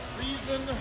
reason